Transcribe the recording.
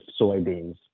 soybeans